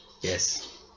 Yes